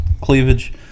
cleavage